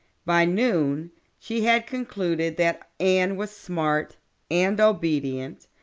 by noon she had concluded that anne was smart and obedient,